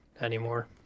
anymore